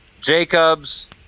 jacobs